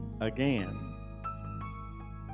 again